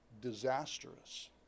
disastrous